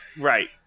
Right